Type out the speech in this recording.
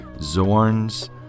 Zorn's